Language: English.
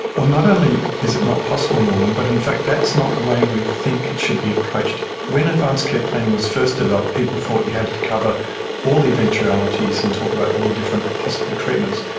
not only is it not possible, norman, but in fact that's not the way we think it should be approached. when advanced care planning was first developed, people thought you had cover all eventualities and talk about all the different possible treatments.